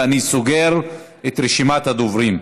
ואני סוגר את רשימת הדוברים.